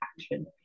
action